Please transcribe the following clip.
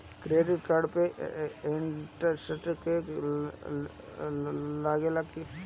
Credit card पे interest भी लागेला?